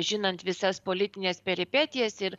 žinant visas politines peripetijas ir